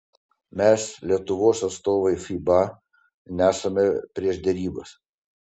mes lietuvos atstovai fiba nesame prieš derybas